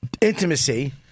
intimacy